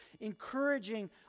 encouraging